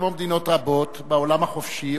כמו מדינות רבות בעולם החופשי,